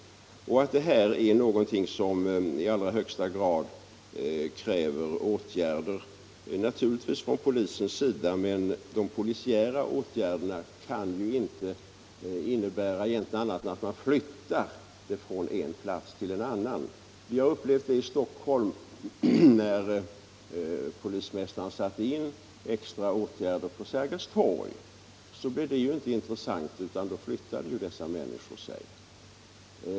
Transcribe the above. Detta är naturligtvis någonting som i allra högsta grad kräver åtgärder från polisens sida, men de polisiära åtgärderna kan egentligen inte innebära något annat än att problemen överförs från en plats till en annan. Vi upplevde det i Stockholm när polismästaren satte in extra åtgärder på Sergels torg. Då blev inte den platsen intressant för de här människorna, då flyttade de på sig.